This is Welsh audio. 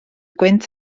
gwynt